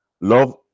love